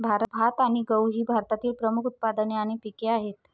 भात आणि गहू ही भारतातील प्रमुख उत्पादने आणि पिके आहेत